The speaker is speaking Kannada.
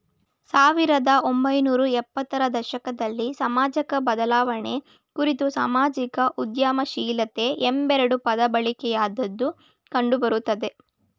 ಸಾವಿರದ ಒಂಬೈನೂರ ಎಪ್ಪತ್ತ ರ ದಶಕದಲ್ಲಿ ಸಾಮಾಜಿಕಬದಲಾವಣೆ ಕುರಿತು ಸಾಮಾಜಿಕ ಉದ್ಯಮಶೀಲತೆ ಎಂಬೆರಡು ಪದಬಳಕೆಯಾದದ್ದು ಕಂಡುಬರುತ್ತೆ